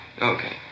Okay